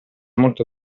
molto